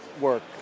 work